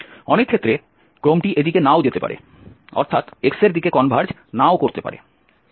অনেক ক্ষেত্রে ক্রমটি এদিকে নাও যেতে পারে অর্থাৎ x এর দিকে কনভার্জ নাও করতে পারে